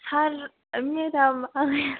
sir madam